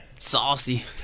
Saucy